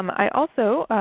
um i also